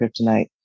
kryptonite